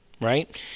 right